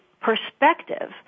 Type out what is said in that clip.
perspective